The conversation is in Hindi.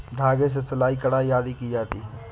धागे से सिलाई, कढ़ाई आदि की जाती है